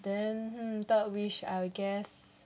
then third wish I guess